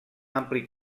ampli